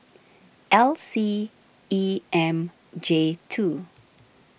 L C E M J two